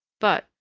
but,